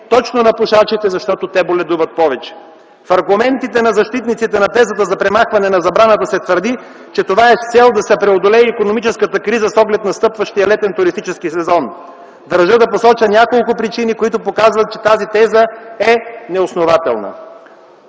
точно на пушачите, защото те боледуват повече. В аргументите на защитниците на тезата за премахване на забраната се твърди, че това е с цел да се преодолее икономическата криза с оглед настъпващия летен туристически сезон. Държа да посоча няколко причини, които показват, че тази теза е неоснователна.